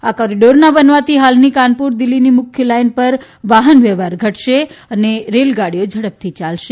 આ કોરીડોરના બનવાથી હાલની કાનપુર દિલ્હીની મુખ્ય લાઇન પર વાહન વ્યવહાર ઘટશે અને રેલગાડીઓ ઝડપથી ચાલશે